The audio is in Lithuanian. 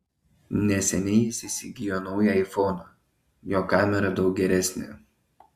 neseniai jis įsigijo naują aifoną jo kamera daug geresnė